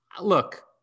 Look